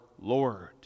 Lord